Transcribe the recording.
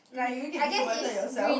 if you get disappointed yourself